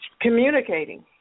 communicating